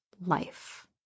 life